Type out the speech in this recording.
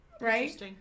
right